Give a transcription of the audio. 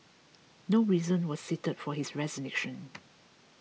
no reason was cited for his resignation